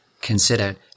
consider